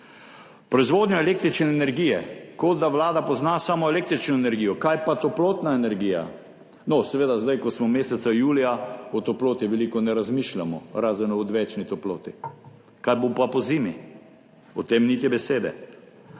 Proizvodnja električne energije. Kot da Vlada pozna samo električno energijo. Kaj pa toplotna energija? No, seveda, zdaj, ko smo meseca julija, o toploti veliko ne razmišljamo, razen o odvečni toploti. Kaj bo pa pozimi, o tem niti besede.